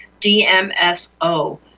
DMSO